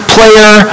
Player